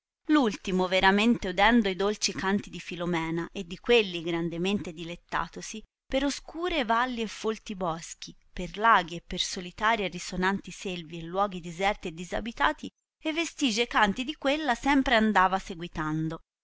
ultimo veramente udendo i dolci canti di filomena e di quelli grandemente dilettatosi per oscure valli e folti boschi per laghi e per solitarie e risonanti selve e luoghi deserti e disabitati e vestigi e canti di quella sempre andava seguitando